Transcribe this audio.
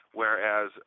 whereas